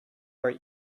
our